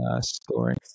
Scoring